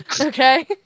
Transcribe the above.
Okay